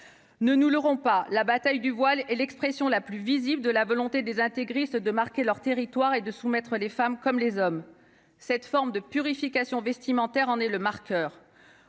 ne nous leurrons pas : la bataille du voile est l'expression la plus visible de la volonté des intégristes de marquer leur territoire et de soumettre les femmes comme les hommes, cette forme de purification vestimentaire en est le marqueur